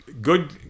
good –